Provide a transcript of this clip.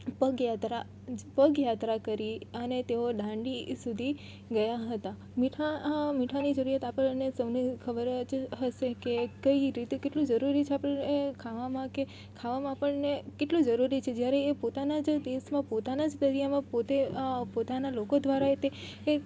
પગયાત્રા પગયાત્રા કરી અને તેઓ દાંડી સુધી ગયા હતા મીઠાની જરૂરિયાત આપણને સૌને ખબર હોય છે હશે કે કઈ રીતે કેટલું જરૂરી છે આપળે એ ખાવામાં કે ખાવામાં આપણને કેટલું જરૂરી છે જ્યારે એ પોતાના જ દેશમાં પોતાના જ દરિયામાં પોતે આ પોતાના લોકો દ્વારા તે